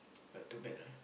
but too bad lah